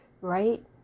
right